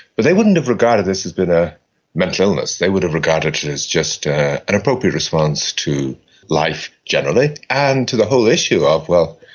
but they wouldn't have regarded this as being a mental illness, they would have regarded it as just an appropriate response to life generally and to the whole issue of, well,